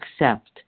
accept